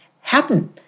happen